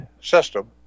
system